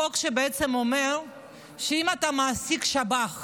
חוק שבעצם אומר שאם אתה מעסיק שב"ח